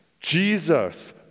Jesus